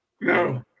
No